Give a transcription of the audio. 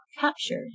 captured